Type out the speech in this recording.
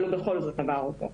אבל הוא בכל זאת עבר אותו.